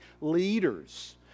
leaders